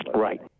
right